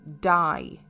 die